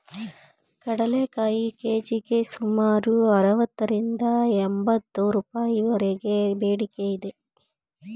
ಕಡಲೆಕಾಯಿ ಕೆ.ಜಿಗೆ ಸುಮಾರು ಅರವತ್ತರಿಂದ ಎಂಬತ್ತು ರೂಪಾಯಿವರೆಗೆ ಬೇಡಿಕೆ ಇದೆ